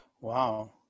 Wow